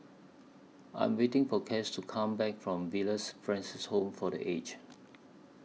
I Am waiting For Cas to Come Back from Villa Francis Home For The Aged